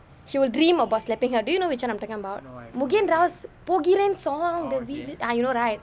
he will dream about slapping her do you know which [one] I'm talking about mugen rao's போகிறன்:pokiren song the v~ ah you know right